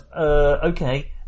Okay